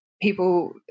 people